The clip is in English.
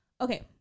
Okay